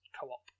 co-op